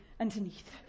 underneath